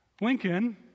Lincoln